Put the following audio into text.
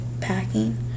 packing